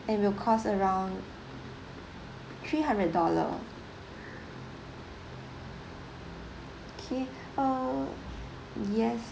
and will cost around three hundred dollar okay err yes